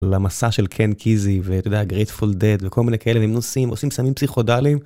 למסע של קן קיזי, ואתה יודע, גריט פול דד, וכל מיני כאלה מנוסים, עושים סמים פסיכודליים.